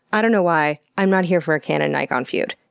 i don't know why. i'm not here for a canon-nikon feud.